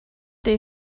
they